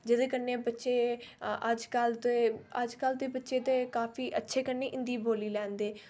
जेहदे कन्नै बच्चे अजकल दे अजकल दे बच्चे ते काफी अच्छे कन्नै हिंदी बोल्ली लैंदे